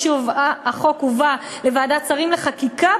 כפי שהחוק הובא לוועדת שרים לחקיקה,